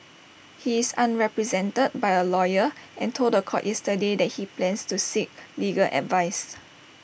he is unrepresented by A lawyer and told The Court yesterday that he plans to seek legal advice